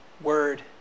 word